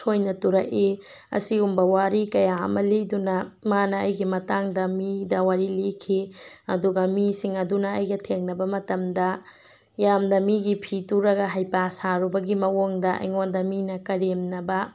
ꯁꯣꯏꯅ ꯇꯨꯔꯛꯏ ꯑꯁꯤꯒꯨꯝꯕ ꯋꯥꯔꯤ ꯀꯌꯥ ꯑꯃ ꯂꯤꯗꯨꯅ ꯃꯥꯅ ꯑꯩꯒꯤ ꯃꯇꯥꯡꯗ ꯃꯤꯗ ꯋꯥꯔꯤ ꯂꯤꯈꯤ ꯑꯗꯨꯒ ꯃꯤꯁꯤꯡ ꯑꯗꯨꯅ ꯑꯩꯒ ꯊꯦꯡꯅꯕ ꯃꯇꯝꯗ ꯌꯥꯝꯅ ꯃꯤꯒꯤ ꯐꯤ ꯇꯨꯔꯒ ꯍꯩꯄꯥ ꯁꯥꯔꯨꯕꯒꯤ ꯃꯑꯣꯡꯗ ꯑꯩꯉꯣꯟꯗ ꯃꯤꯅ ꯀꯔꯦꯝꯅꯕ